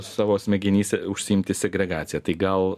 savo smegenyse užsiimti segregacija tai gal